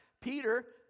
Peter